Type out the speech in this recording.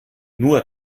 nur